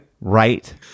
Right